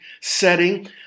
setting